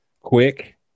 Quick